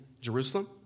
Jerusalem